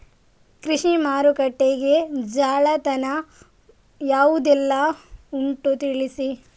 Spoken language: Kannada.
ಕೃಷಿ ಮಾರುಕಟ್ಟೆಗೆ ಜಾಲತಾಣ ಯಾವುದೆಲ್ಲ ಉಂಟು ತಿಳಿಸಿ